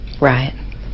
Right